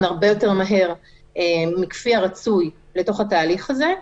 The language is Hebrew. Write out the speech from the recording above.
הרבה יותר מהר מכפי הרצוי לתוך התהליך הזה,